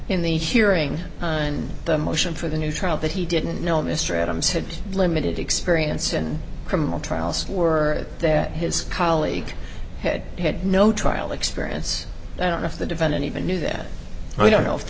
in the hearing and the motion for the new trial that he didn't know mr adams had limited experience in criminal trials were that his colleagues had had no trial experience i don't know if the defendant even knew that we don't know if the